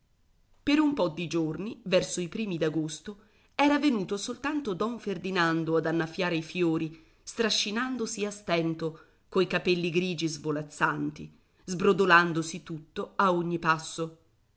per un po di giorni verso i primi d'agosto era venuto soltanto don ferdinando ad annaffiare i fiori strascinandosi a stento coi capelli grigi svolazzanti sbrodolandosi tutto a ogni passo